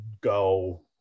go